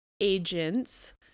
agents